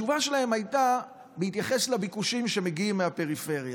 התשובה שלהם הייתה: בהתייחס לביקושים שמגיעים מהפריפריה.